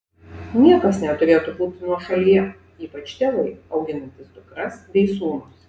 niekas neturėtų būti nuošalyje ypač tėvai auginantys dukras bei sūnus